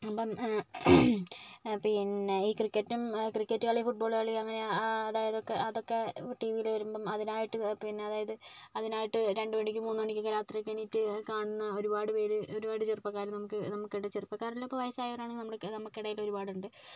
അപ്പം പിന്നെ ക്രിക്കറ്റ് കളി ഫുട് ബോൾ കളി അങ്ങനെ അതൊക്കെ ടിവിയിൽ വരുമ്പം അതിനായിട്ട് പിന്നെ അതിനായിട്ട് രണ്ടുമണിക്ക് മൂന്ന് മണിക്കൊക്കെ എണീറ്റ് രാത്രി എഴുന്നേറ്റു കാണുന്ന ഒരുപാട് പേര് ഒരുപാട് ചെറുപ്പക്കാർ നമുക്കെന്ത് ചെറുപ്പക്കാരൻ എന്നല്ല വയസ്സായവരായാലും നമുക്കിടയിൽ ഒരുപാടുണ്ട്